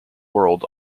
world